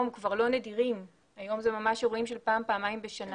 כבר לא נדירים היום אלה ממש אירועים של פעם-פעמיים בשנה